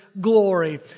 glory